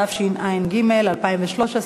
התשע"ג 2013,